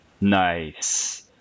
Nice